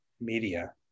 media